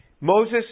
Moses